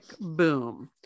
Boom